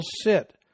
sit